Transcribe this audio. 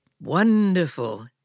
Wonderful